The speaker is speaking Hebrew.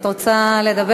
את רוצה לדבר?